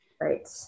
Right